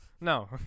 No